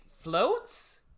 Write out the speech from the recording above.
floats